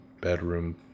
bedroom